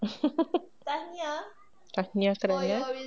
tahniah